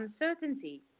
uncertainty